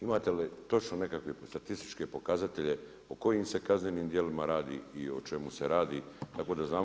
Imate li točno nekakve statističke pokazatelje o kojim se kaznenim djelima radi i o čemu se radi, tako da znamo.